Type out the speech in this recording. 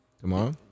Tomorrow